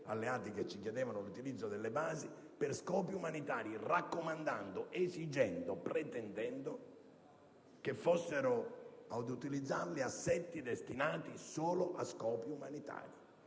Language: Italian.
alleati che ci chiedevano l'utilizzo delle basi per scopi umanitari, raccomandando, esigendo, pretendendo che ad utilizzarli fossero assetti destinati solo a scopi umanitari;